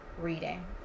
reading